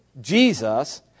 Jesus